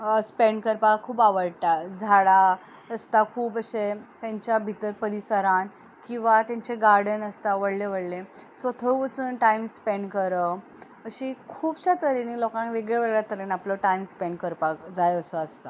spend करपाक खूब आवडटा झाडां आसता खूब अशे तांच्या भितर परिसरांत किंवां तेंचें गार्डन आसता व्हडलें व्हडलें सो थंय वचून टायम स्पेन्ड करप अशी खुबश्या तरेनी लोकांक वेगळ्या वेगळ्या तरेन आपलो टायम स्पेन्ड करपाक जाय असो आसता